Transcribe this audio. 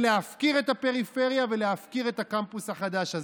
להפקיר את הפריפריה ולהפקיר את הקמפוס החדש הזה.